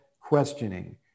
questioning